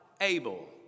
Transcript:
Abel